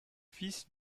fils